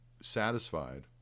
satisfied